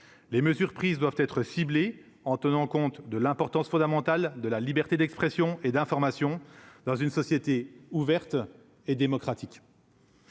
les mesures prises doivent être ciblées en tenant compte de l'importance fondamentale de la liberté d'expression et d'information dans une société ouverte et démocratique.